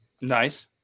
Nice